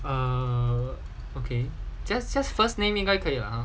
err okay just says first name 应该可以了